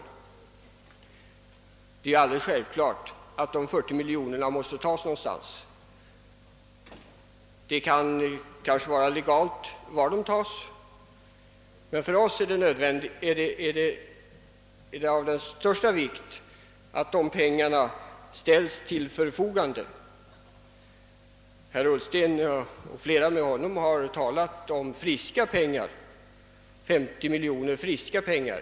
Det är alldeles självklart att dessa 40 miljoner måste tas någonstans. Det kan kanske vara egalt var de tas, men för oss är det av största vikt att de pengarna ställs till förfogande, Herr Ullsten och flera med honom har talat om 50 miljoner kronor »friska» pengar.